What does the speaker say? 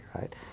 right